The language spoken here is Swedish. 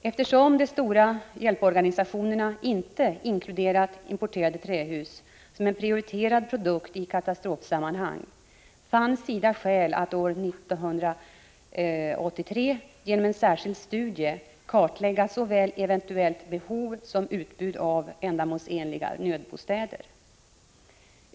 Eftersom de stora internationella hjälporganisationerna inte inkluderat importerade trähus som en prioriterad produkt i katastrofsammanhang, fann SIDA skäl att år 1983 genom en särskild studie kartlägga såväl eventuellt behov som utbud av ändamålsenliga nödbostäder.